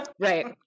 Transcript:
Right